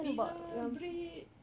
pizza bread